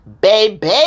baby